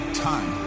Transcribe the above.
time